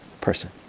person